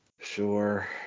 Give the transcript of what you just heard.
Sure